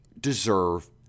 deserve